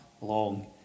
long